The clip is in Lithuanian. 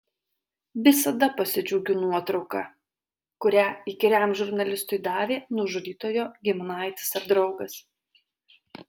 visada pasidžiaugiu nuotrauka kurią įkyriam žurnalistui davė nužudytojo giminaitis ar draugas